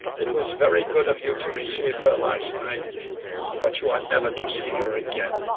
it was very good of you to receive her last night but you are never to see her again.